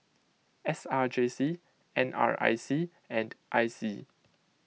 S R J C N R I C and I C